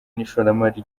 n’ishoramari